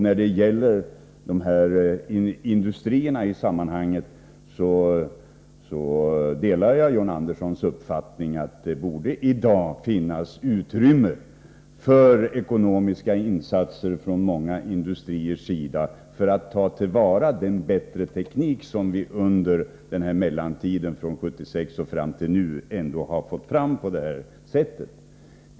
När det gäller de industrier som här är aktuella delar jag John Anderssons uppfattning att det i dag borde finnas utrymme för ekonomiska insatser från många industriers sida för att ta till vara den bättre teknik som vi under mellantiden från 1976 till nu ändå fått fram på detta sätt.